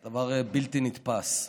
זה דבר בלתי נתפס.